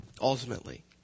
ultimately